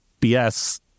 BS